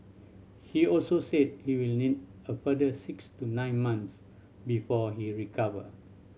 he also said he will need a further six to nine month before he recover